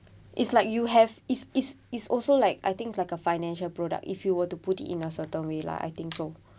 it's like you have it's it's it's also like I think it's like a financial product if you were to put it in a certain way lah I think so